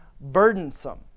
burdensome